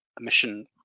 emission